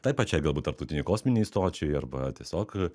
tai pačiai galbūt tarptautinei kosminei stočiai arba tiesiog